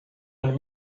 and